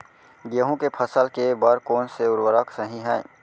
गेहूँ के फसल के बर कोन से उर्वरक सही है?